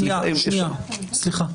סליחה, שנייה, סליחה,